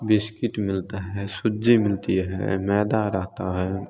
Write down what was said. biscuit मिलता है सूजी मिलता है मैदा रहता है